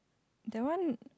that one